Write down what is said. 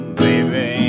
baby